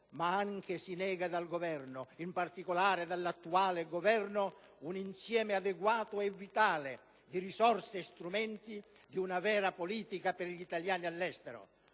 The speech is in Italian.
ma anche si nega dal Governo, in particolare dall'attuale Governo, un insieme adeguato e vitale di risorse e strumenti di una vera politica per gli italiani all'estero,